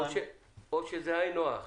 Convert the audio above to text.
או שזה היינו הך?